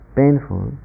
painful